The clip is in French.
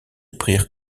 prirent